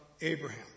Abraham